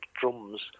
drums